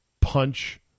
punch